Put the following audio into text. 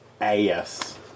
Yes